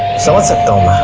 so let's go.